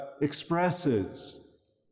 expresses